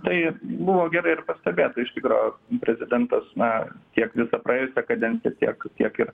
tai buvo gerai ir pastebėta iš tikro prezidentas na tiek visą praėjusią kadenciją tiek tiek ir